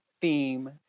theme